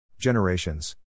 generations